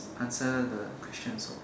answer the questions so